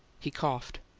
he coughed.